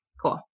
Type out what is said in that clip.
cool